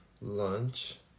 lunch